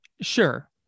Sure